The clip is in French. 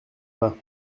pas